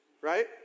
right